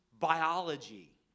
biology